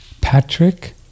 Patrick